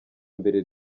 mbere